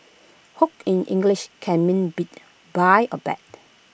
hoot in English can mean beat buy or bet